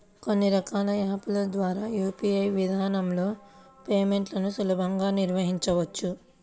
కొన్ని రకాల యాప్ ల ద్వారా యూ.పీ.ఐ విధానంలో పేమెంట్లను సులభంగా నిర్వహించవచ్చు